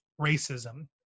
racism